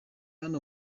hano